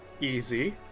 easy